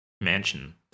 mansion